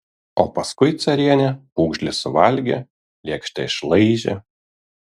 o paskui carienė pūgžlį suvalgė lėkštę išlaižė